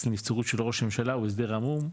לנבצרות של ראש הממשלה הוא הסדר עמום,